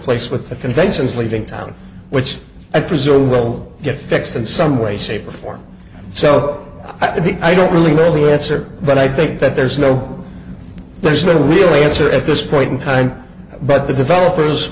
place with the conventions leaving town which i presume will get fixed in some way shape or form so i think i don't really really answer but i think that there's no there's no real answer at this point in time but the developers